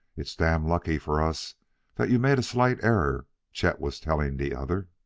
it's damned lucky for us that you made a slight error, chet was telling the other.